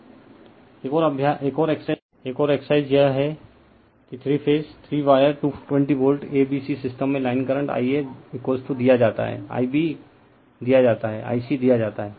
refer slide time 3354 एक और exercise यह है three phase three wire 220 volt a b c system में लाइन करंट Ia दिया जाता है Ib दिया जाता है Ic दिया जाता है